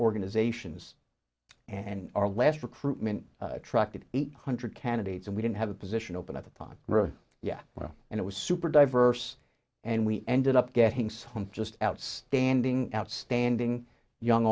organizations and our last recruitment attracted eight hundred candidates and we didn't have a position open at the time yet and it was super diverse and we ended up getting some just outstanding outstanding young